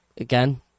again